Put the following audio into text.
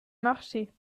marcher